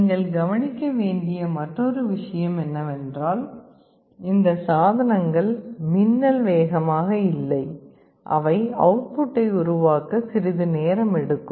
நீங்கள் கவனிக்க வேண்டிய மற்றொரு விஷயம் என்னவென்றால் இந்த சாதனங்கள் மின்னல் வேகமாக இல்லை அவை அவுட்புட்டை உருவாக்க சிறிது நேரம் எடுக்கும்